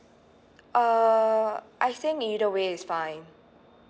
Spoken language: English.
err I think either way is fine